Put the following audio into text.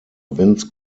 vince